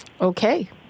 Okay